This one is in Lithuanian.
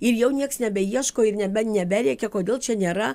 ir jau nieks nebeieško ir nebe neberėkia kodėl čia nėra